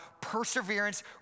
Perseverance